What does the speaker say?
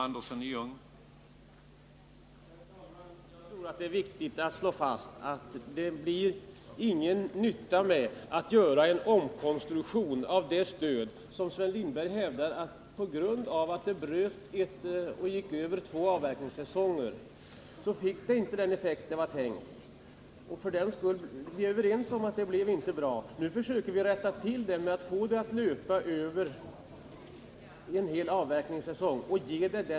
Herr talman! Det är viktigt att slå fast att det är till ingen nytta att göra en omkonstruktion av det stöd som Sven Lindberg hävdar inte fick den avsedda effekten eftersom det gick över två avverkningssäsonger. Vi är överens om att det inte blev så bra. Men nu försöker vi att rätta till det genom att få stödet att löpa över en hel avverkningssäsong.